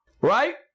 right